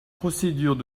procédures